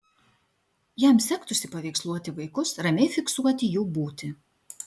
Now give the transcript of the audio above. jam sektųsi paveiksluoti vaikus ramiai fiksuoti jų būtį